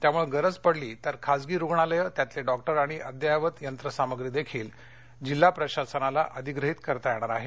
यामुळे गरज पडली तर खासगी रुग्णालय त्यातले डॉक्टर आणि अद्ययावत यंत्रसामग्री देखील जिल्हा प्रशासनाला अधिग्रहित करता येणार आहे